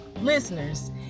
listeners